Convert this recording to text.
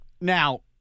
now